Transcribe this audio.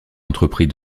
entrepris